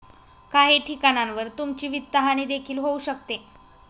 काही ठिकाणांवर तुमची वित्तहानी देखील होऊ शकते